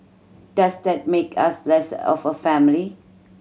does that make us less of a family